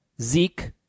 Zeke